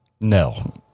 No